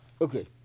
Okay